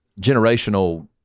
generational